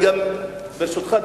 ברשותך,